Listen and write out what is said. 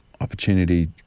opportunity